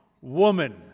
woman